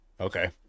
Okay